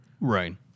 Right